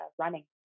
running